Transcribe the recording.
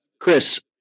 Chris